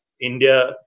India